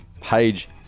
Page